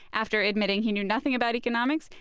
after admitting he knew nothing about economics,